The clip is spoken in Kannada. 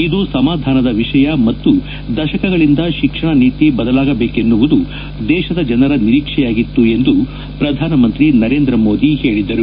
ಇದು ಸಮಾಧಾನದ ವಿಷಯ ಮತ್ತು ದಶಕಗಳಿಂದ ಶಿಕ್ಷಣ ನೀತಿ ಬದಲಾಗಬೇಕೆನ್ನುವುದು ದೇಶದ ಜನರ ನಿರೀಕ್ಷೆಯಾಗಿತ್ತು ಎಂದು ಪ್ರಧಾನಮಂತ್ರಿ ನರೇಂದ್ರ ಮೋದಿ ಹೇಳಿದರು